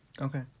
okay